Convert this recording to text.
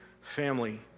family